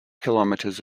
kilometers